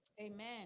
Amen